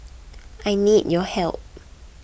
I need your help